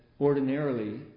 ordinarily